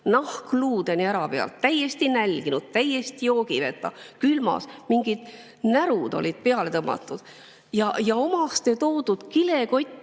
on luudeni ära pealt, täiesti nälginud, täiesti joogiveeta, külmas, mingid närud olid peale tõmmatud ja omaste toodud mahlad,